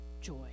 joy